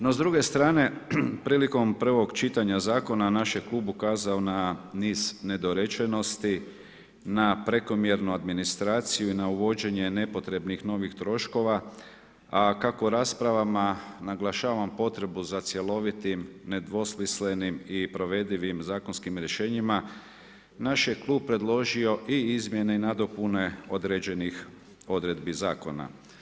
No, s druge strane, prilikom prvog čitanja Zakona, naš je Klub ukazao na niz nedorečenosti, na prekomjernu administraciju i na uvođenje nepotrebnih novih troškova, a kako raspravama naglašavam potrebu za cjelovitim, nedvosmislenim i provedivim zakonskim rješenjima, naš je Klub predložio i izmjene i nadopune određenih odredbi Zakona.